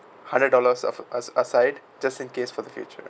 hundred dollars of as~ aside just in case for the future